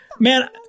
Man